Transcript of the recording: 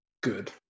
Good